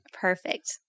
Perfect